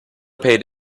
paid